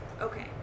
Okay